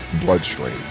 bloodstream